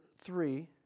three